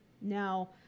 Now